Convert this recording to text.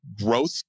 growth